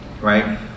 right